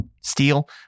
Steel